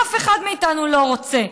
אף אחד מאיתנו לא רוצה.